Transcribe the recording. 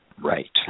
right